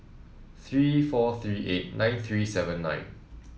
three four three eight nine three seven nine